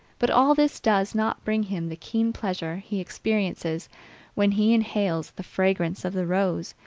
but all this does not bring him the keen pleasure he experiences when he inhales the fragrance of the rose,